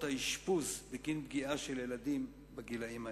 האשפוז בגין פגיעה של ילדים בגילים אלה.